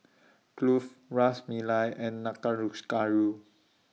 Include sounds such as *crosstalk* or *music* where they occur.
Kulfi Ras Malai and *unintelligible* Gayu